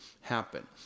happen